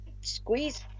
squeeze